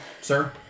sir